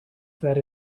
that